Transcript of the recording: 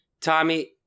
Tommy